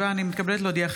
אני מתכבדת להודיעכם,